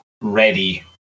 ready